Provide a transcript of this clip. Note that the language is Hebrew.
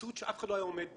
קיצוץ שאף אחד לא היה עומד בו.